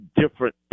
different